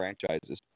franchises